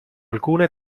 alcune